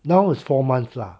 now is four months lah